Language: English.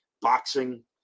Boxing